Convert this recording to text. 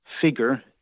figure—